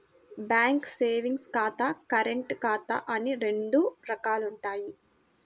bank savings ఖాతా, current ఖాతా అని రెండు రకాలుంటయ్యి